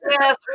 Yes